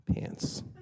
pants